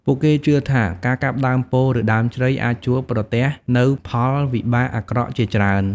ពួកគេជឿថា ការកាប់ដើមពោធិ៍ឬដើមជ្រៃអាចជួបប្រទះនូវផលវិបាកអាក្រក់ជាច្រើន។